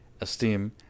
Esteem